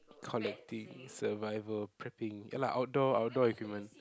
connecting survival prepping ya lah outdoor outdoor equipment